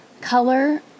color